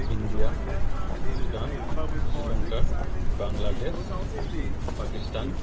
India Bhutan Sri Lanka Bangladesh Pakistan